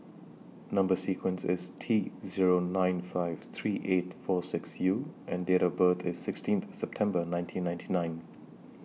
Number sequence IS T Zero nine five three eight four six U and Date of birth IS sixteen September nineteen ninety nine